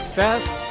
fast